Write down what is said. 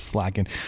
Slacking